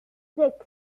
six